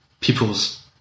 People's